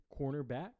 cornerback